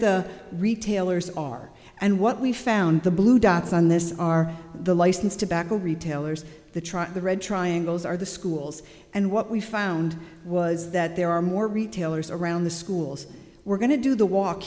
the retailers are and what we found the blue dots on this are the licensed tobacco retailers the truck the red triangles are the schools and what we found was that there are more retailers around the schools we're going to do the walk